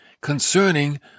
concerning